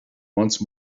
once